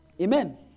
Amen